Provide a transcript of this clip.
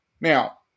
Now